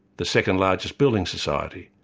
the second-largest building society,